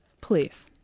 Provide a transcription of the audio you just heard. Please